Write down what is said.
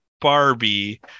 Barbie